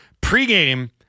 Pre-game